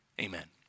amen